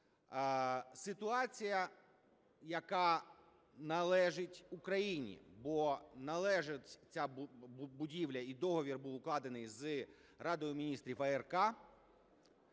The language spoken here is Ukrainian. Ситуація, яка належить Україні… Бо належить ця будівля і договір був укладений з Радою Міністрів АРК